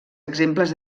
exemples